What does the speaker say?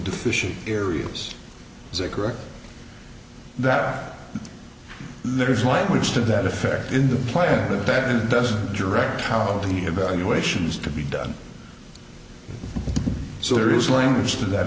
deficient areas is that correct that there is language to that effect in the play better doesn't direct how the evaluations to be done so there is language to that